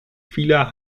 vieler